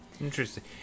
Interesting